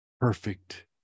perfect